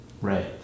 Right